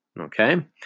okay